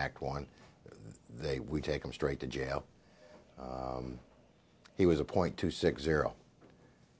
act one they would take him straight to jail he was a point two six zero